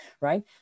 right